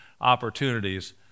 opportunities